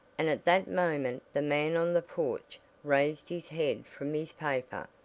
and at that moment the man on the porch raised his head from his paper,